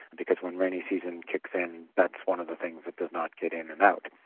because when rainy season kicks in that's one of the things that does not get in and out.